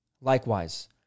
Likewise